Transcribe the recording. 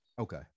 Okay